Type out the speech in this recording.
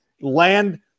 land